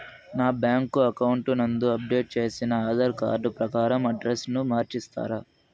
నా bank account నందు update చేసిన ఆధార్ కార్డు ప్రకారం అడ్రస్ ను మార్చిస్తారా?